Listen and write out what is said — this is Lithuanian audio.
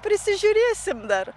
prisižiūrėsime dar